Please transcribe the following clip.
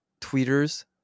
tweeters